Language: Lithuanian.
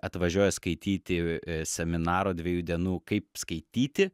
atvažiuoja skaityti seminaro dviejų dienų kaip skaityti